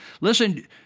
Listen